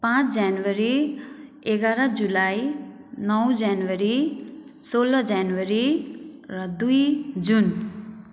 पाँच जनवरी एघार जुलाई नौ जनवरी सोह्र जनवरी र दुई जुन